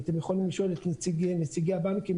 אתם יכולים לשאול את נציגי הבנקים,